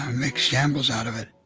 make shambles out of it.